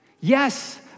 Yes